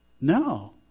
No